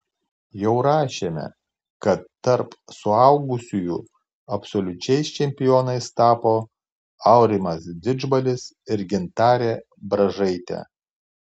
jau rašėme kad tarp suaugusiųjų absoliučiais čempionais tapo aurimas didžbalis ir gintarė bražaitė